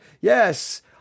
Yes